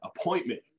appointment